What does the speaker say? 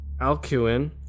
Alcuin